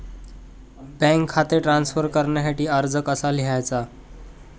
Bank खाते transfer करण्यासाठी अर्ज कसा लिहायचा?